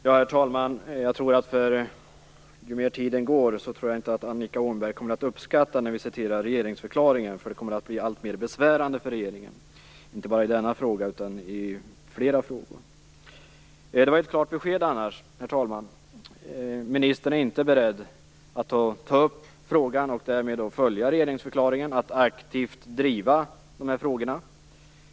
Herr talman! Jag tror att ju mer tiden går desto mindre kommer Annika Åhnberg att uppskatta när vi citerar regeringsförklaringen. Det kommer att bli alltmer besvärande för regeringen inte bara i denna fråga utan i flera frågor. Herr talman! Det var ett klart besked. Ministern är inte beredd att ta upp frågan och därmed följa regeringsförklaringen att aktivt driva de här frågorna.